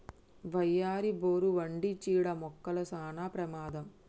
వయ్యారి, బోరు వంటి చీడ మొక్కలు సానా ప్రమాదం